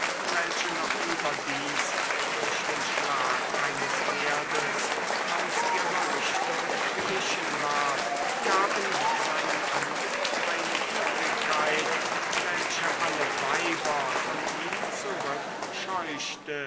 welche noch überdies durch den schlag eines pferdes aus ihrer richtung gewichen war gaben seinem anblick eine widrigkeit welche alle weiber von ihm